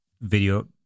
video